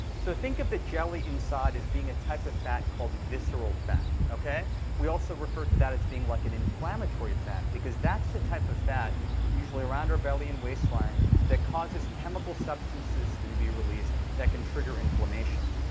so think of the jelly inside as being a type of fat called visceral fat. we also refer to that as being like an inflammatory fat because that's the type of fat usually around our belly and waistline that causes chemical substances to be be released that can trigger inflammation.